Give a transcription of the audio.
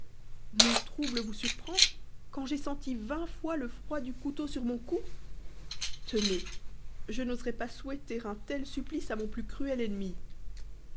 mon trouble vous surprend quand j'ai senti vingt fois le froid du couteau sur mon cou tenez je n'oserais pas souhaiter un tel supplice à mon plus cruel ennemi